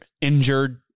injured